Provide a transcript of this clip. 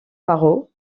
parrot